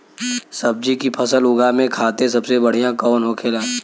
सब्जी की फसल उगा में खाते सबसे बढ़ियां कौन होखेला?